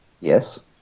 Yes